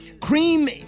Cream